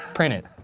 print it.